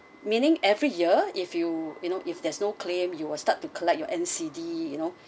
meaning every year if you you know if there's no claim you will start to collect your N_C_D you know